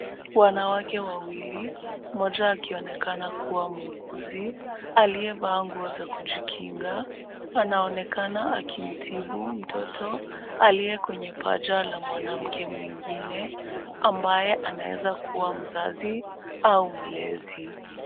Wanawake wawili, mmoja akionekana kuwa muuguzi, aliyevaa nguo za kujikinga, anaonekana akimtibu mtoto, aliye kwenye paja la mwanamke mwingine, ambaye anaeza kuwa mzazi au mlezi.